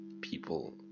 people